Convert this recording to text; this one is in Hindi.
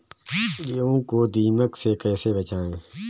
गेहूँ को दीमक से कैसे बचाएँ?